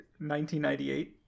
1998